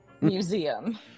museum